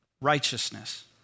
righteousness